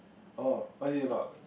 oh what is it about